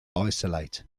isolate